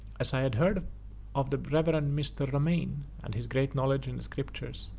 as i had heard of of the reverend mr. romaine, and his great knowledge in the scriptures,